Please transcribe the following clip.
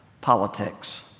Politics